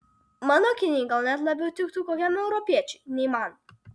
mano akiniai gal net labiau tiktų kokiam europiečiui nei man